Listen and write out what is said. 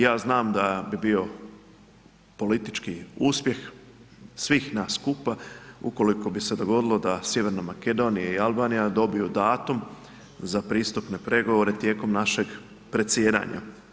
Ja znam da bi bio politički uspjeh svih nas skupa ukoliko bi se dogodilo da Sjeverna Makedonije i Albanija dobiju datum za pristupne pregovore tijekom našeg predsjedanja.